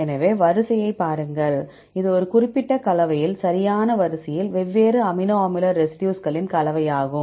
எனவே வரிசையைப் பாருங்கள் இது ஒரு குறிப்பிட்ட கலவையில் சரியான வரிசையில் வெவ்வேறு அமினோ அமில ரெசிடியூஸ்களின் கலவையாகும்